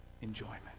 enjoyment